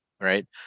right